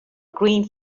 green